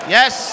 Yes